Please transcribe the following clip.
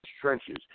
trenches